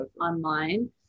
online